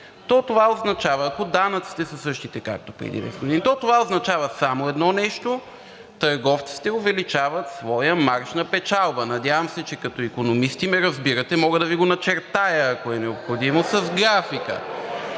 10 години, ако данъците са същите, както преди 10 години, то това означава само едно нещо – търговците увеличават своя марж на печалба. Надявам се, че като икономисти ме разбирате, мога да Ви го начертая, ако е необходимо, с графика.